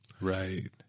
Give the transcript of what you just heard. Right